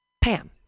Pam